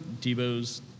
Debo's